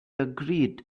agreed